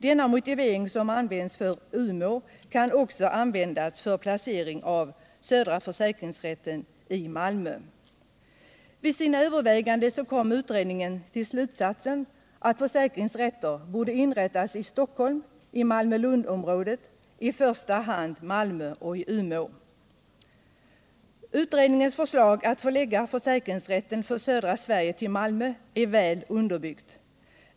Denna motivering, som används i fråga om Umeå, kan också användas 199 Vid sina överväganden kom utredningen till slutsatsen att försäkringsrätter borde inrättas i Stockholm, i Malmö-Lundområdet — i första hand Malmö — och i Umeå. Utredningens förslag att förlägga försäkringsrätten för södra Sverige till Malmö är väl underbyggt.